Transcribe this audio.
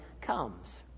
comes